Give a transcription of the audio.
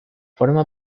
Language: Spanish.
forma